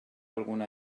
alguna